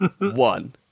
One